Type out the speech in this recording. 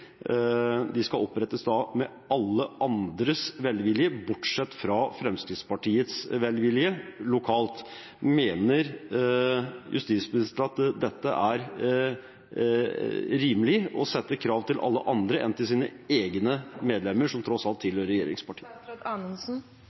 skal opprettes med alle andres velvilje enn Fremskrittspartiets velvilje lokalt? Mener justisministeren at dette er rimelig, å sette krav til alle andre enn sine egne medlemmer, som tross alt tilhører